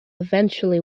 eventually